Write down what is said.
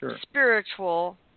spiritual